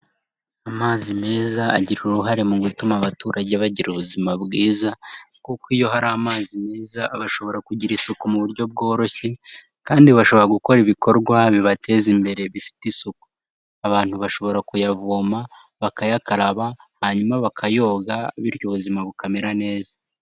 Amazi meza agira uruhare mu gutuma abaturage bagira ubuzima bwiza kuko iyo hari amazi meza bashobora kugira isuku mu buryo bworoshye kandi bashobora gukora ibikorwa bibateza imbere bifite isuku. Abantu bashobora kuyavoma bakayakaraba hanyuma bakayoga bityo ubuzima bukamera neza.